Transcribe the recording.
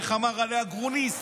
איך אמר עליה גרוניס?